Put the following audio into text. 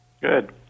Good